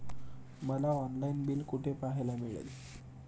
मला online bill कुठे पाहायला मिळेल?